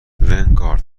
ونگارد